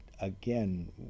again